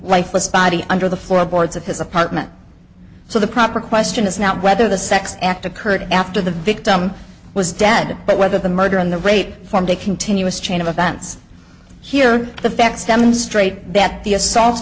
lifeless body under the floorboards of his apartment so the proper question is not whether the sex act occurred after the victim was dead but whether the murder in the rape formed a continuous chain of events here the facts demonstrate that